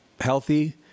healthy